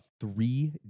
three